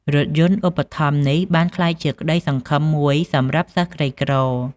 រថយន្តឧបត្ថម្ភនេះបានក្លាយជាក្តីសង្ឃឹមមួយសម្រាប់សិស្សក្រីក្រ។